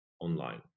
online